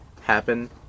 happen